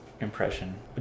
impression